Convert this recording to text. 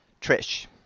Trish